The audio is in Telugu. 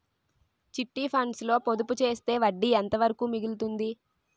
చిట్ ఫండ్స్ లో పొదుపు చేస్తే వడ్డీ ఎంత వరకు మిగులుతుంది?